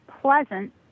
Pleasant